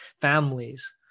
families